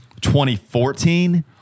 2014